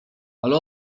ale